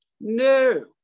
no